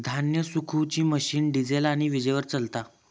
धान्य सुखवुची machine diesel आणि वीजेवर चलता